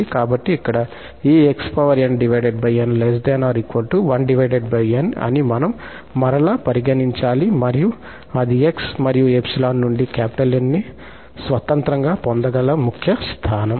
కాబట్టి ఇక్కడ ఈ 𝑥𝑛𝑛 ≤ 1𝑛 అని మనం మరలా పరిగణించాలి మరియు అది 𝑥 మరియు 𝜖 నుండి 𝑁 ని స్వతంత్రంగా పొందగల ముఖ్య స్థానం